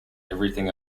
everything